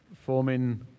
forming